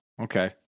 Okay